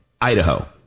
Idaho